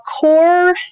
core